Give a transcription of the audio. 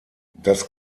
das